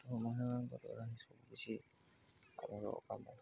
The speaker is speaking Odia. ବେଶୀ ଆମର କାମ